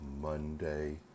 Monday